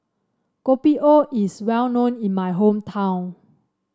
Kopi O is well known in my hometown